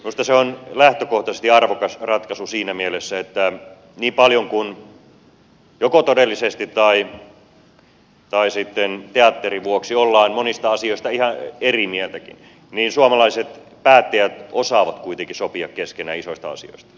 minusta se on lähtökohtaisesti arvokas ratkaisu siinä mielessä että niin paljon kuin joko todellisesti tai sitten teatterin vuoksi ollaankin monista asioista ihan eri mieltä niin suomalaiset päättäjät osaavat kuitenkin sopia keskenään isoista asioista